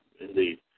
indeed